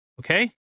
Okay